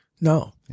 no